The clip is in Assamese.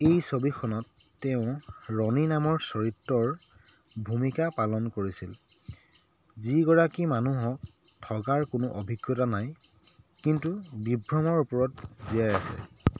এই ছবিখনত তেওঁ ৰনী নামৰ চৰিত্ৰৰ ভূমিকা পালন কৰিছিল যিগৰাকীৰমানুহক ঠগাৰ কোনো অভিজ্ঞতা নাই কিন্তু বিভ্ৰমৰ ওপৰত জীয়াই আছে